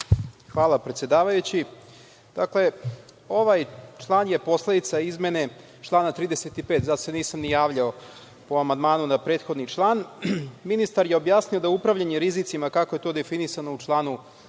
Hvala predsedavajući. Ovaj član je posledica izmene člana 35, zato se nisam ni javljao po amandmanu na prethodni član. Ministar je objasnio da upravljanje rizicima, kako je to definisano u članu